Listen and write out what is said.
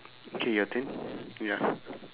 okay your turn ya